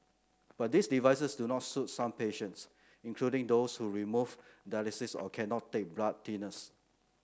but these devices do not suit some patients including those who remove dialysis or cannot take blood thinners